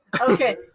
Okay